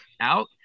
out